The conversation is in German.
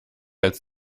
als